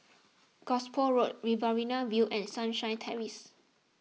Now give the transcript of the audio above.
Gosport Road Riverina View and Sunshine Terrace